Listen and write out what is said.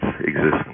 existence